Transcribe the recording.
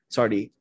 Sorry